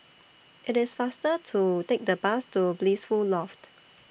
IT IS faster to Take The Bus to Blissful Loft